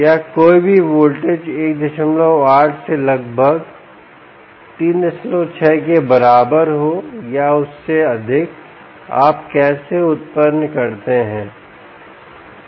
या कोई भी वोल्टेज 18 से लगभग 36 के बराबर हो या उससे अधिक आप इसे कैसे उत्पन्न करते हैं